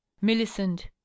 millicent